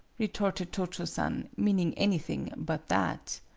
retorted cho-cho-san meaning anything but that.